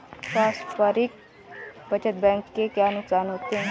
पारस्परिक बचत बैंक के क्या नुकसान होते हैं?